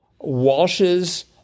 Walsh's